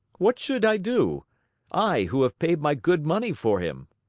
what should i do i, who have paid my good money for him?